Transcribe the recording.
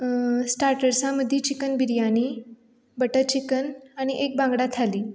स्टाटर्सां मदीं chicken biryani butter chicken आनी एक बांगडा थाली